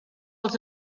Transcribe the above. els